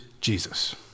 Jesus